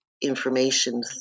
Information